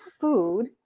food